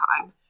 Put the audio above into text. time